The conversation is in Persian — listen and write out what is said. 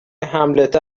هملت